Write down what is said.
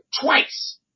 twice